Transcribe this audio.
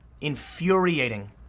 infuriating